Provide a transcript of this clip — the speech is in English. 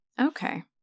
Okay